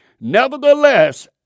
Nevertheless